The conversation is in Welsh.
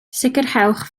sicrhewch